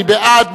מי בעד?